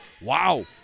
Wow